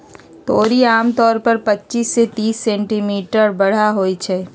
तोरी आमतौर पर पच्चीस से तीस सेंटीमीटर बड़ होई छई